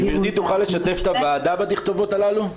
גבירתי תוכל לשתף את הוועדה בתכתובות הללו?